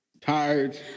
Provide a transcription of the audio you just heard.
Tired